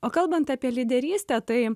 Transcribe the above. o kalbant apie lyderystę tai